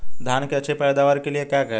धान की अच्छी पैदावार के लिए क्या करें?